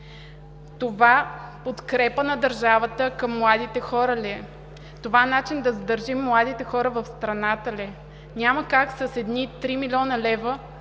Това подкрепа на държавата към младите хора ли е? Това начин да задържим младите хора в страната ли е? Няма как с едни три милиона лева,